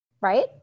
right